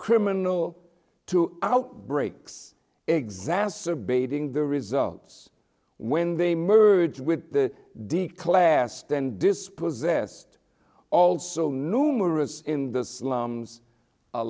criminal to outbreaks exacerbating the results when they merge with the declasse then dispossessed also numerous in the slums a